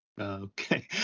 Okay